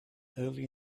early